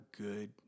good